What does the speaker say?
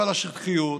אבל השטחיות,